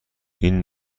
این